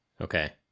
Okay